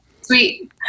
Sweet